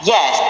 Yes